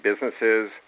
businesses